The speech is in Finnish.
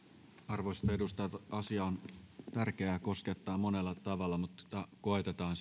arvoisat edustajat asia on tärkeä ja koskettaa monella tavalla mutta koetetaan